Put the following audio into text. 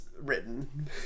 written